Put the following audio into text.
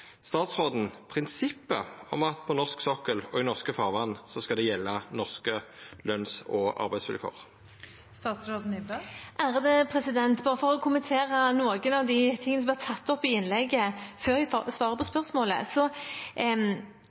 statsråden prinsippet om at norske løns- og arbeidsvilkår skal gjelda på norsk sokkel og i norske farvatn? Bare for å kommentere noen av de tingene som ble tatt opp i innlegget før jeg svarer på spørsmålet: